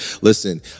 listen